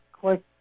click